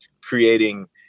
creating